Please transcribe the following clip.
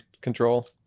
control